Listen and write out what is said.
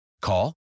Call